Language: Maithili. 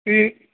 कि